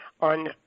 on